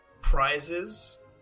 prizes